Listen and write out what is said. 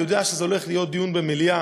אני יודע שזה הולך להיות דיון במליאה,